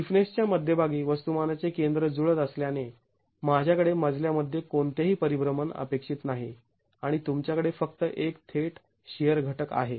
स्टिफनेसच्या मध्यभागी वस्तुमानाचे केंद्र जुळत असल्याने माझ्याकडे मजल्यामध्ये कोणतेही परिभ्रमण अपेक्षित नाही आणि तुमच्याकडे फक्त एक थेट शिअर घटक आहे